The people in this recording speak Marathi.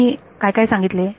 आत्ता मी काय काय सांगितले